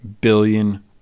billion